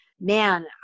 Man